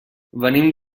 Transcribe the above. venim